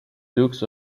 dukes